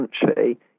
country